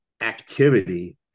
activity